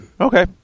Okay